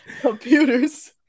computers